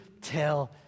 tell